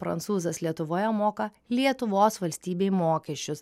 prancūzas lietuvoje moka lietuvos valstybei mokesčius